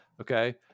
Okay